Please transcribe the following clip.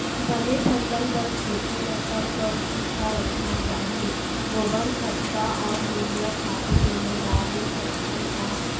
बने फसल बर खेती ल कब कब सूखा रखना चाही, गोबर खत्ता और यूरिया खातू दूनो डारे सकथन का?